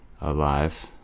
alive